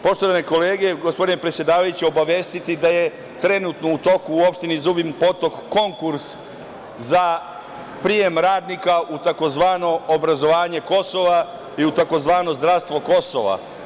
Poštovane kolege, gospodine predsedavajući, obavestiću vas da je trenutno u toku u opštini Zubin Potok konkurs za prijem radnika u tzv. obrazovanje Kosova i u tzv. zdravstvo Kosova.